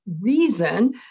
reason